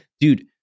dude